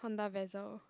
Honda Vezel